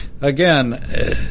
again